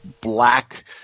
black